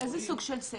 איזה סוג של סבל?